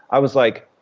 i was like,